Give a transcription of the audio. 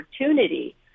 opportunity